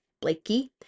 Blakey